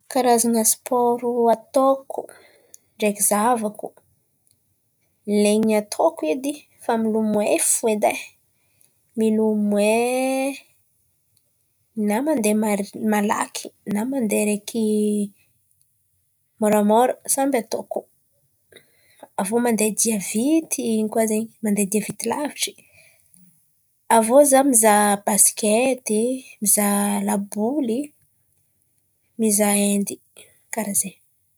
Karazan̈a spôro ataoko ndraiky zahavako, lay ny ataoko edy efa milomoay fo edy e. Milomay na mandeha malaky na mandeha môramôra samby ataoko. Avy iô mandeha dia vity in̈y koà zen̈y, dia vity lavitry. Avy iô izaho mizàha baskety, mizàha laboly, mizàha endy karà zain̈y.